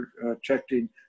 protecting